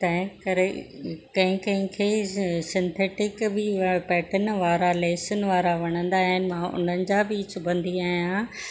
तंहिं करे कंहिंखे कंहिंखे सिंथेटिक बि पैट्र्न वारा लेसुनि वारा वणंदा आहिनि मां उन्हनि जा बि सिबंदी आहियां